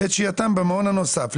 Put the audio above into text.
בעת שהייתם במעון הנוסף,